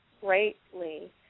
greatly